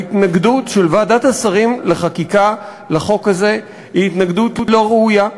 ההתנגדות של ועדת השרים לחקיקה לחוק הזה היא התנגדות לא ראויה,